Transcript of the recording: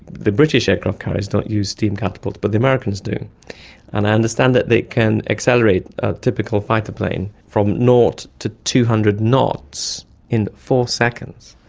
the british aircraft carriers don't use steam catapults but the americans do, and i understand that they can accelerate, a typical fighter plane, from zero to two hundred knots in four seconds.